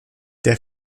der